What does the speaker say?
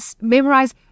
memorize